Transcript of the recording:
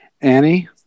Annie